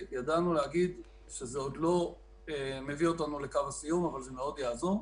כשידענו להגיד שזה עוד לא מביא אותנו לקו הסיום אבל זה מאוד יעזור,